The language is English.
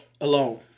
alone